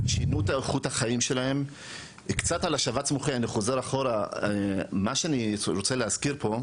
בשבץ מוחי אבל גם מתעסק בכל מיני,